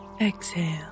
Exhale